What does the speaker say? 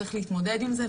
וצריך להתמודד עם זה,